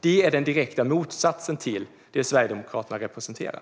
Vi är den direkta motsatsen till det som Sverigedemokraterna representerar.